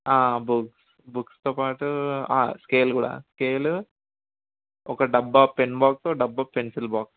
book బుక్స్తో పాటు scale కూడా స్కేలు ఒక డబ్బా పెన్ బాక్స్ ఒక డబ్బా పెన్సిల్ బాక్స్